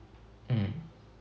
mm